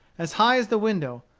as high as the window,